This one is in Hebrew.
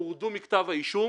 הורדו מכתב האישום.